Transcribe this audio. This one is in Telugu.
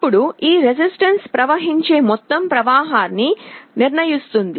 అప్పుడు ఈ రెసిస్టన్స్ ప్రవహించే మొత్తం ప్రవాహాన్ని నిర్ణయిస్తుంది